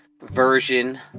version